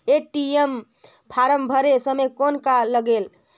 ATM form भरे समय कौन का लगेल?